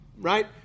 right